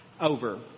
over